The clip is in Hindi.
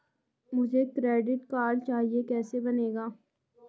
मुझे क्रेडिट कार्ड चाहिए कैसे बनेगा?